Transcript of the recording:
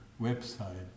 website